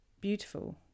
beautiful